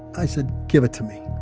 i said, give it to me,